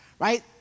right